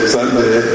Sunday